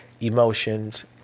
emotions